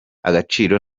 agaciro